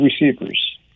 receivers